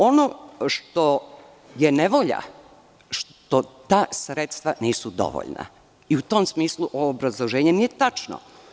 Ono što je nevolja, što ta sredstva nisu dovoljna i u tom smislu ovo obrazloženje nije tačno.